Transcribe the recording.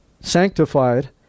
Sanctified